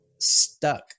stuck